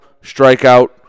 strikeout